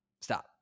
stop